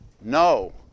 No